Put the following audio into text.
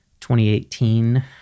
2018